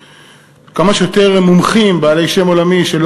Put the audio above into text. והתוצאות הן לא מספיק טובות,